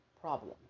problem